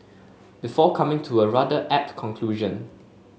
before coming to a rather apt conclusion